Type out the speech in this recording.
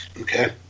Okay